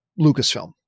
Lucasfilm